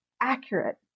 accurate